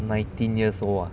nineteen years old ah